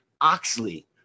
Oxley